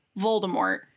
Voldemort